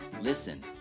listen